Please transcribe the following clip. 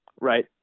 right